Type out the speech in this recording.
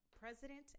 president